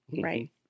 Right